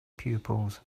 pupils